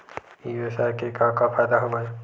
ई व्यवसाय के का का फ़ायदा हवय?